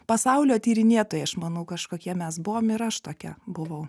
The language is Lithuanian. pasaulio tyrinėtojai aš manau kažkokie mes buvom ir aš tokia buvau